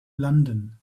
london